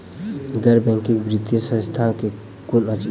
गैर बैंकिंग वित्तीय संस्था केँ कुन अछि?